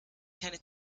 keine